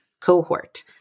cohort